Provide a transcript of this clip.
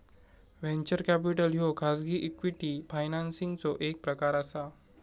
venture capital ह्यो खाजगी equity फायनान्सिंगचो एक प्रकार असा